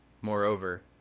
Moreover